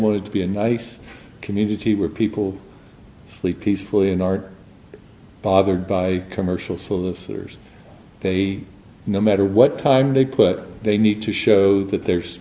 wanted to be a nice community where people sleep peacefully and are bothered by commercial solicitors they no matter what time they put they need to show that there's